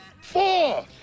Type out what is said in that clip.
Four